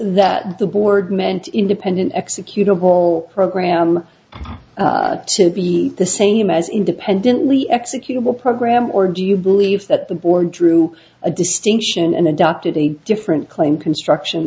that the board meant independent executable program to be the same as independently executable program or do you believe that the board drew a distinction and adopted a different claim construction